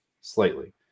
Slightly